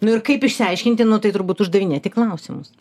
nu ir kaip išsiaiškinti nu tai turbūt uždavinėti klausimus